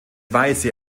weiße